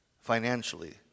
financially